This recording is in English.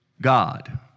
God